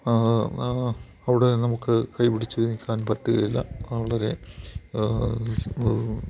അവിടെ നമുക്ക് കൈപിടിച്ച് നിൽക്കാൻ പറ്റുകേല വളരെ